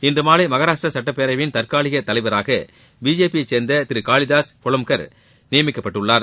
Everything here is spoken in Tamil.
இன்று மாலை மகாராஷ்டிர சட்டப் பேரவையின் தற்காலிக தலைவராக பிஜேபி யை சேர்ந்த திரு காளிதாஸ் கொலம்ப்கர் நியமிக்கப்பட்டுள்ளார்